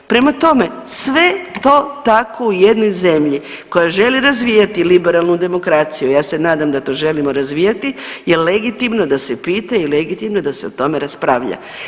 Prema tome, sve to tako u jednoj zemlji koja želi razvijati liberalnu demokraciju, ja se nadam da to želimo razvijati jer legitimno je da se pita i legitimno je da se o tome raspravlja.